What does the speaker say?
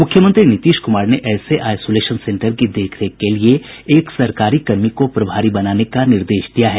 मुख्यमंत्री नीतीश कुमार ने ऐसे आईसोलेशन सेंटर की देखरेख के लिये एक सरकारी कर्मी को प्रभारी बनाने का निर्देश दिया है